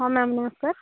ହଁ ମ୍ୟାମ୍ ନମସ୍କାର